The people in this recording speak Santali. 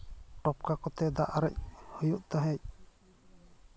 ᱰᱚᱠᱠᱟ ᱠᱚᱛᱮ ᱫᱟᱜ ᱟᱨᱮᱡ ᱦᱩᱭᱩᱜ ᱛᱟᱦᱮᱸᱜ